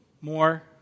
more